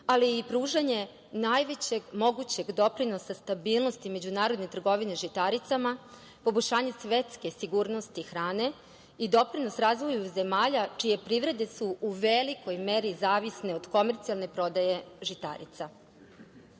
ali i pružanje najvećeg mogućeg doprinosa stabilnosti međunarodne trgovine žitaricama, poboljšanje svetske sigurnosti hrane i doprinos razvoju zemalja čije privrede su u velikoj meri zavisne od komercijalne prodaje žitarica. Članice